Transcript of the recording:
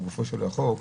לגופו של החוק,